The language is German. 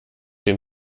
den